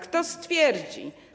Kto stwierdzi?